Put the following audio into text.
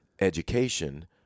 education